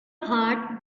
heart